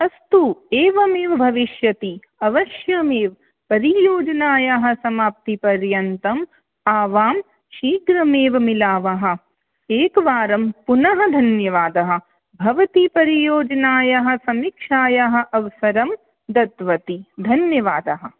अस्तु एवमेव भविष्यति अवश्यमेव परियोजनायाः समाप्तिपर्यन्तम् आवां शीघ्रमेव मिलावः एकवारं पुनः धन्यवादः भवती परियोजनायाः समीक्षायाः अवसरं दत्तवति धन्यवादः